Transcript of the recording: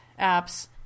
apps